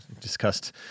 discussed